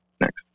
next